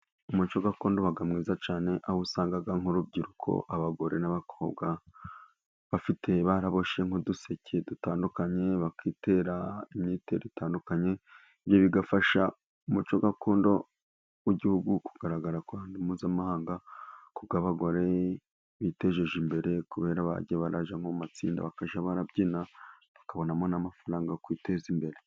Umuco gakondo uba mwiza cyane aho usanga nk'urubyiruko, abagore n'abakobwa bafite baraboshye nk'uduseke dutandukanye, bakitera imyitero itandukanye, ibyo bigafasha umuco gakondo w'igihugu kugaragara k'uruhando mpuzamahanga. kuko abagore biteje imbere kuberako bagiye barajya mu matsinda bakajya barabyina, bakabonamo n'amafaranga yo kwiteza imbere.